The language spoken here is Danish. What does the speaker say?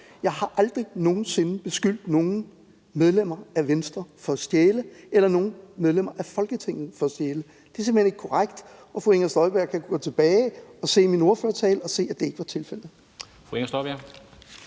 Jeg har aldrig nogen sinde beskyldt nogen medlemmer af Venstre for at stjæle eller nogen medlemmer af Folketinget for at stjæle; det er simpelt hen ikke korrekt, og fru Inger Støjberg kan gå tilbage og se mine ordførertaler og se, at det ikke er tilfældet.